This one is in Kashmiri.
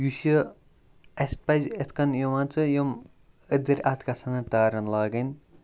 یُس یہِ اَسہِ پَزِ یِتھ کٔنۍ یِوان ژٕ یِم أدٕرۍ اَتھ گژھن نہٕ تارَن لاگٕنۍ